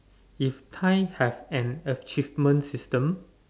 if tie have an achievement system